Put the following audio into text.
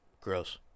Gross